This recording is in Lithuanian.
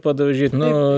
padaužyt nu